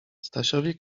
stasiowi